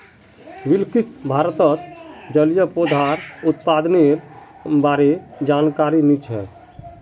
बिलकिसक भारतत जलिय पौधार उत्पादनेर बा र जानकारी नी छेक